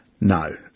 No